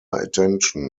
attention